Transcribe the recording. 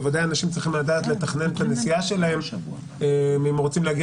בוודאי אנשים צריכים לדעת לתכנן את הנסיעה שלהם אם הם רוצים להגיע